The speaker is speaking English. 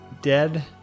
dead